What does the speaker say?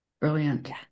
brilliant